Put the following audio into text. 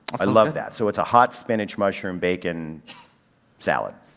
i love that. so it's a hot spinach, mushroom, bacon salad.